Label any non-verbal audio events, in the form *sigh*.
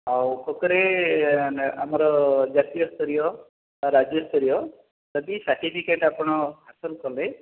ଆଉ ଖୋଖୋରେ *unintelligible* ଆମର ଜାତୀୟ ସ୍ତରୀୟ ବା ରାଜ୍ୟ ସ୍ତରୀୟ ଯଦି ସାର୍ଟିପିକେଟ୍ ଆପଣ ହାସଲ କଲେ